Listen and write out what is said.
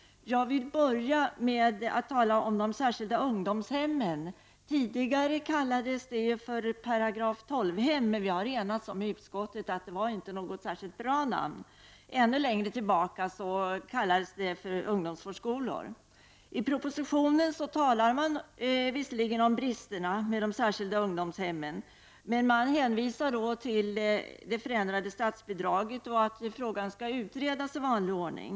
Jag vill börja med att tala om de särskilda ungdomshemmen. Tidigare kallades de för § 12-hem, men vi har i utskottet enats om att det inte var ett särskilt bra namn. Ännu längre tillbaka kallades de för ungdomsvårdsskolor. I propositionen talar man visserligen om bristerna med de särskilda ungdomshemmen, men man hänvisar till det förändrade statsbidraget och till att frågan skall utredas i vanlig ordning.